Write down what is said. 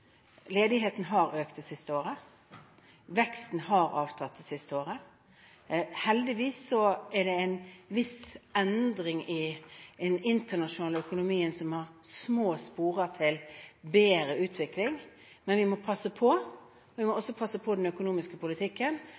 Ledigheten har økt det siste året, og veksten har avtatt det siste året. Heldigvis er det en viss endring i den internasjonale økonomien som har små sporer til bedre utvikling. Men vi må passe på, og vi må også passe på den økonomiske politikken,